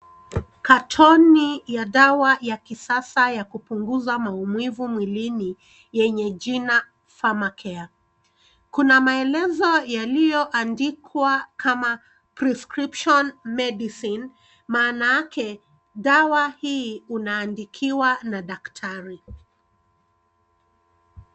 Katoni ya dawa ya kisasa ya kupunguza maumivu mwilini yenye jina [cs ] pharmer care[cs ]. Kuna maelezo yaliyo andikwa kama [cs ] prescription medicine[cs ] maanake dawa hii unaandikiwa na daktari.